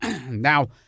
Now